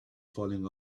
falling